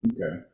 Okay